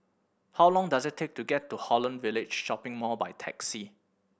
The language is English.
how long does it take to get to Holland Village Shopping Mall by taxi